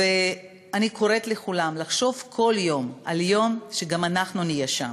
אני קוראת לכולם לחשוב כל יום על היום שבו גם אנחנו נהיה שם,